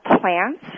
plants